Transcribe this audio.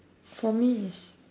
for me is